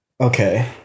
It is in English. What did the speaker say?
Okay